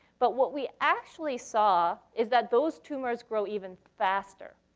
but what we actually saw is that those tumors grow even faster.